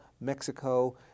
Mexico